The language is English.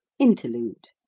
interlude